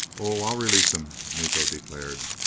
oh, i'll release him, miko declared.